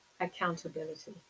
accountability